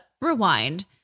rewind